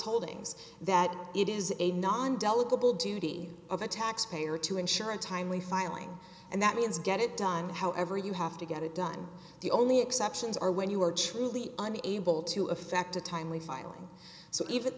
holdings that it is a non delegate will duty of a taxpayer to ensure a timely filing and that means get it done however you have to get it done the only exceptions are when you are truly an able to effect a timely filing so even